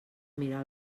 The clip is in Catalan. mirar